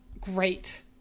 great